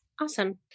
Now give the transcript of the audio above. Awesome